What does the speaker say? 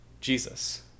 Jesus